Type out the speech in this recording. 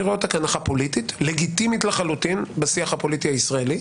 אני רואה אותה כהנחה פוליטית לגיטימית לחלוטין בשיח הפוליטי הישראלי.